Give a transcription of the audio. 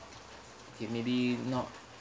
okay maybe not